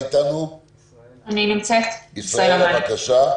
ישראלה בבקשה.